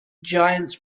giants